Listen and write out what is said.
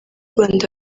rwanda